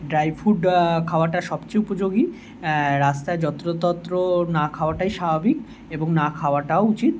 dry fruit খাওয়াটা সবচেয়ে উপযোগী রাস্তায় যত্র তত্র না খাওয়াটাই স্বাভাবিক এবং না খাওয়াটাও উচিত